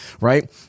Right